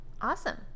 Awesome